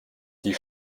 die